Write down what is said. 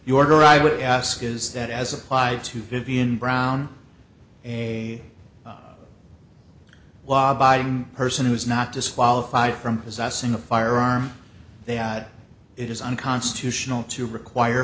you order i would ask is that as applied to vivian brown a law abiding person who is not disqualified from possessing a firearm they had it is unconstitutional to require